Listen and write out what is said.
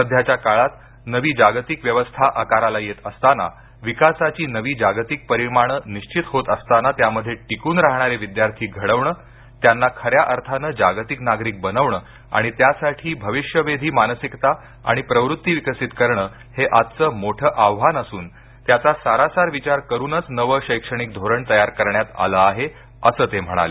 सध्याच्या काळात नवी जागतिक व्यवस्था आकाराला येत असताना विकासाची नवी जागतिक परिमाणं निश्चित होत असताना त्यामध्ये टिकून राहणारे विद्यार्थी घडवणं त्यांना खऱ्या अर्थानं जागतिक नागरिक बनवणं आणि त्यासाठी भविष्यवेधी मानसिकता आणि प्रवृत्ती विकसित करणं हे आजचं मोठं आव्हान असून त्याचा सारासार विचार करूनच नवं शैक्षणिक धोरण तयार करण्यात आलं आहे असं ते म्हणाले